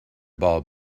ball